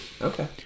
Okay